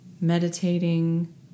meditating